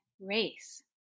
race